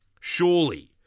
surely